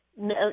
No